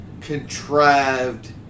contrived